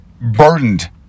burdened